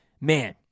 man